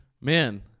Man